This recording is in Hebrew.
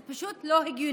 זה פשוט לא הגיוני.